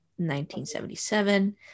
1977